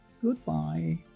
Goodbye